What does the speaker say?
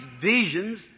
visions